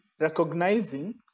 recognizing